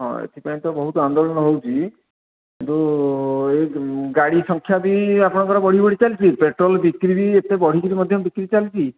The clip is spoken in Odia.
ହଁ ଏଥିପାଇଁ ତ ବହୁତ ଆନ୍ଦୋଳନ ହେଉଛି କିନ୍ତୁ ଏଇ ଗାଡ଼ି ସଂଖ୍ୟା ବି ଆପଣଙ୍କର ବଢ଼ି ବଢ଼ି ଚାଲିଛି ପେଟ୍ରୋଲ ବିକ୍ରି ବି ଏତେ ବଢ଼ିକିରି ମଧ୍ୟ ବିକ୍ରି ଚାଲିଛି